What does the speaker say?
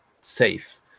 safe